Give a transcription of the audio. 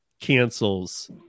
cancels